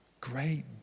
Great